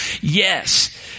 Yes